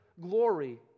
glory